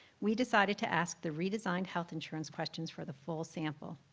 we decided to ask the redesigned health insurance questions for the full sample.